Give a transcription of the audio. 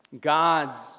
God's